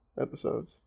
episodes